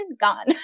gone